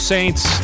Saints